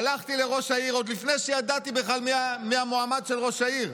הלכתי לראש העיר עוד לפני שידעתי בכלל מי המועמד של ראש העיר.